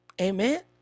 Amen